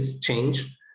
change